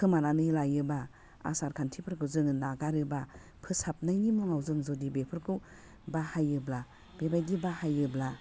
खोमानानै लायोबा आसारखान्थिफोरखौ जोङो नागारोबा फोसाबनायनि मुङाव जों जुदि बेफोरखौ बाहायोब्ला बेबायदि बाहायोब्ला